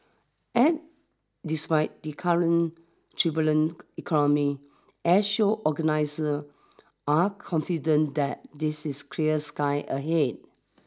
and despite the current turbulent economy Airshow organiser are confident that this is clear sky ahead